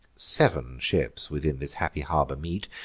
sev'n ships within this happy harbor meet,